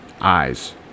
eyes